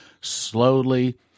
slowly